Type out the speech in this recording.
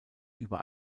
über